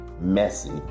messy